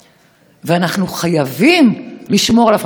אנחנו חייבים לשמור על הפרדת הרשויות.